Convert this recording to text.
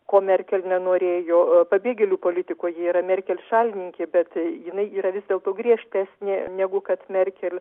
ko merkel nenorėjo pabėgėlių politikoj ji yra merkel šalininkė bet jinai yra vis dėlto griežtesnė negu kad merkel